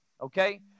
okay